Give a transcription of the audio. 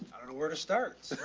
i don't know where to start.